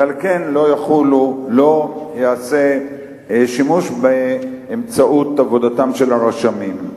ועל כן לא ייעשה שימוש באמצעות עבודתם של הרשמים.